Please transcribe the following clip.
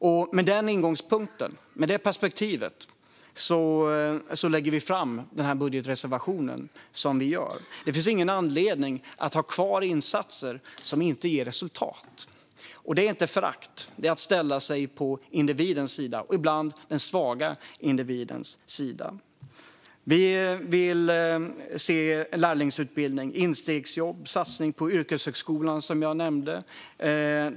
Med en sådan ingångspunkt och ett sådant perspektiv lägger vi fram vår budgetreservation. Det finns ingen anledning att ha kvar insatser som inte ger resultat. Det handlar inte om förakt, utan det är att ställa sig på individens sida och ibland den svaga individens sida. Vi vill se lärlingsutbildningar, instegsjobb och en satsning på yrkeshögskolan, vilket jag nämnde tidigare.